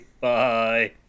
Bye